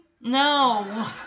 No